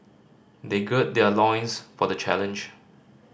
they gird their loins for the challenge